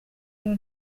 rero